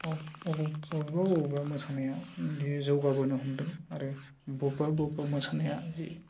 बबावबा बबावबा मोसानाया बेयो जौगाबोनो हमदों आरो बबेबा बबेबा मोसानाया जि